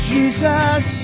Jesus